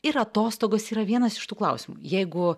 ir atostogos yra vienas iš tų klausimų jeigu